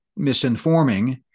misinforming